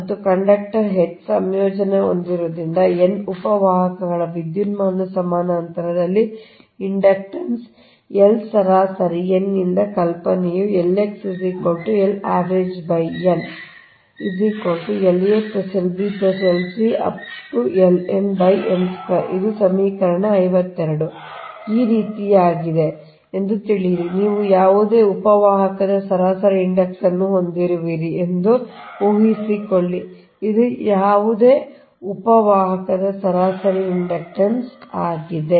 ಮತ್ತು conductor h ಸಂಯೋಜನೆಗೊಂಡಿರುವುದರಿಂದ n ಉಪ ವಾಹಕಗಳ ವಿದ್ಯುನ್ಮಾನ ಸಮಾನಾಂತರದಲ್ಲಿ ಇಂಡಕ್ಟನ್ಸ್ L ಸರಾಸರಿ n ಯಿಂದ ಕಲ್ಪನೆಯು ಈ ರೀತಿಯದ್ದಾಗಿದೆ ಎಂದು ತಿಳಿಯಿರಿ ನೀವು ಯಾವುದೇ ಉಪ ವಾಹಕದ ಸರಾಸರಿ ಇಂಡಕ್ಟನ್ಸ್ ಅನ್ನು ಹೊಂದಿರುವಿರಿ ಎಂದು ಊಹಿಸಿಕೊಳ್ಳಿ ಇದು ಯಾವುದೇ ಉಪ ವಾಹಕದ ಸರಾಸರಿ ಇಂಡಕ್ಟನ್ಸ್ ಆಗಿದೆ